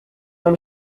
même